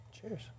Cheers